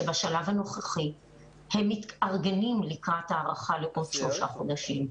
שבשלב הנוכחי הם מתארגנים לקראת הארכה של שלושה חודשים.